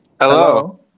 Hello